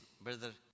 Brother